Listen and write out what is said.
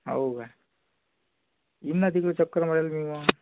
हो काय येईन ना तिकडे चक्कर मारेन मी मग